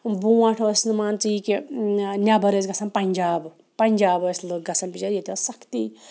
برونٛٹھ ٲس نہٕ مان ژٕ یہِ کہِ نیٚبر ٲسۍ گژھان پنجاب پنجاب ٲسۍ لٕکھ گژھان بِچٲرۍ ییٚتہِ ٲسۍ سختی